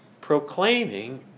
proclaiming